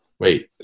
Wait